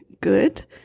good